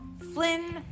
Flynn